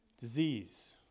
disease